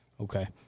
Okay